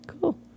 cool